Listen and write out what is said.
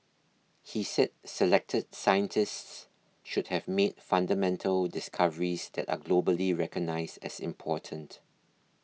he said selected scientists should have made fundamental discoveries that are globally recognised as important